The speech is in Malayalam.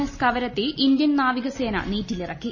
എസ് കവരത്തി ഇന്ത്യൻ നാവികസേന നീറ്റിലിറക്കി